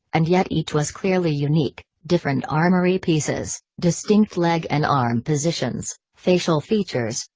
and yet each was clearly unique different armory pieces, distinct leg and arm positions, facial features,